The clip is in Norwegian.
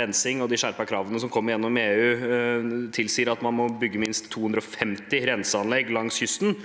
rensing og de skjerpede kravene som kommer gjennom EU, tilsier at man må bygge minst 250 renseanlegg langs kysten,